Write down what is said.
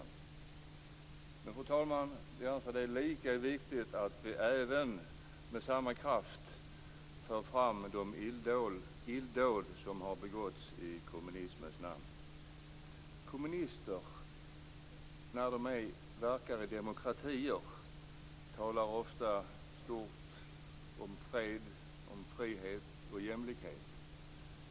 Men jag anser, fru talman, att det är lika viktigt att vi även med samma kraft för fram de illdåd som har begåtts i kommunismens namn. När kommunister verkar i demokratier talar de ofta stort om fred, frihet och jämlikhet.